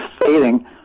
fading